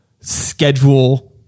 schedule